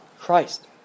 Christ